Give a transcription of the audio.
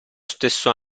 stesso